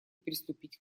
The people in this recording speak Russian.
приступить